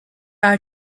are